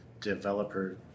developer